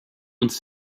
uns